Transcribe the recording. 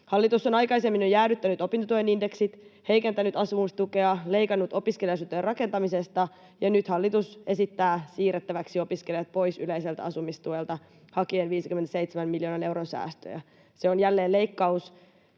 Hallitus on aikaisemmin jo jäädyttänyt opintotuen indeksit, heikentänyt asumistukea ja leikannut opiskelija-asuntojen rakentamisesta, ja nyt hallitus esittää siirrettäväksi opiskelijat pois yleiseltä asumistuelta, hakien 57 miljoonan euron säästöjä. Se on jälleen leikkaus.